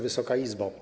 Wysoka Izbo!